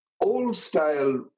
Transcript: old-style